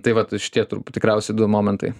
tai vat šitie turb tikriausia du momentai